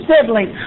siblings